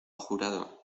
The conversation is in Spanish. jurado